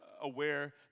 aware